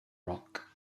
rock